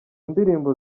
ndirimbo